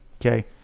Okay